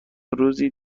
روزی